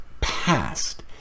past